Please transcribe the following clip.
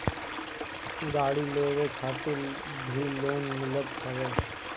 गाड़ी लेवे खातिर भी लोन मिलत हवे